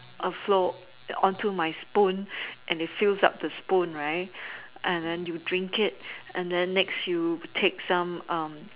and flow onto my spoon and it fills up the spoon right and then you drink it and then next you take some